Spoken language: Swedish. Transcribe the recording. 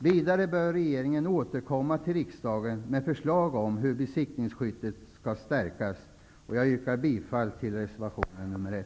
Vidare bör regeringen återkomma till riksdagen med förslag om hur besittningsskyddet kan stärkas. Jag yrkar bifall till reservation nr 1.